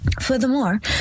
Furthermore